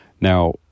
Now